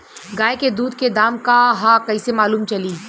गाय के दूध के दाम का ह कइसे मालूम चली?